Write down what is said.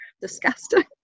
disgusting